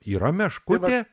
yra meškutė